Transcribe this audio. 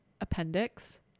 appendix